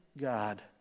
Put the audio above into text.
god